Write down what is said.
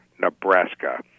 Nebraska